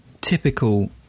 typical